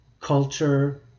culture